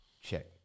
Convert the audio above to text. Check